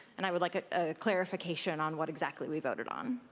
and i would like a clarification on what exactly we voted on.